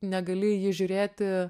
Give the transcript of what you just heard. negali į jį žiūrėti